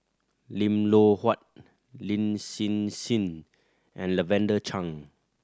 Lim Loh Huat Lin Hsin Hsin and Lavender Chang